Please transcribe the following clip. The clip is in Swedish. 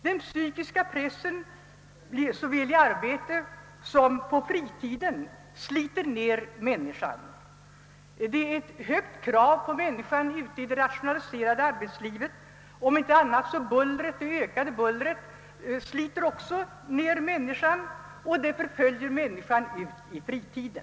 Den psykiska pressen såväl i arbetet som på fritiden sliter ned människorna, och om inte annat så sliter det ökade bullret ned dem och förföljer dem ut på deras fritid.